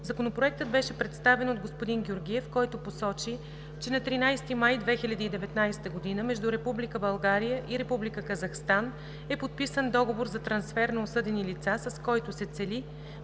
Законопроектът беше представен от господин Георгиев, който посочи, че на 13 май 2019 г. между Република България и Република Казахстан е подписан Договор за трансфер на осъдени лица, с който се цели